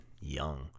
young